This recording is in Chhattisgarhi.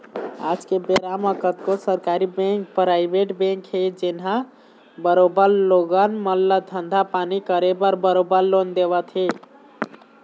आज के बेरा म कतको सरकारी बेंक, पराइवेट बेंक हे जेनहा बरोबर लोगन मन ल धंधा पानी करे बर बरोबर लोन देवत हे